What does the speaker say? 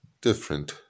different